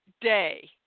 day